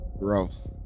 Gross